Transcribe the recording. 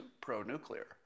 pro-nuclear